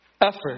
effort